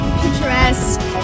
picturesque